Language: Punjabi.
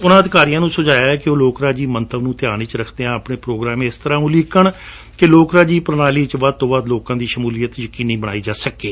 ਉਨੂਂ ਅਧਿਕਾਰੀਆਂ ਨੂੰ ਸੁਝਾਇਆ ਕਿ ਉਹ ਲੋਕ ਰਾਜੀ ਮੰਤਵ ਨੂੰ ਧਿਆਨ ਵਿੱਚ ਰੱਖਦਿਆਂ ਆਪਣੇ ਪ੍ਰੋਗਰਾਮ ਇਸ ਤਰ੍ਹਾਂ ਉਲੀਕਣ ਕਿ ਲੋਕ ਰਾਜੀ ਪ੍ਰਣਾਲੀ ਵਿਚ ਵੱਧ ਤੋ ਵੱਧ ਲੋਕਾਂ ਦੀ ਸ਼ਮੁਲੀਅਤ ਯਕੀਨੀ ਬਣਾਈ ਜਾ ਸਕੇ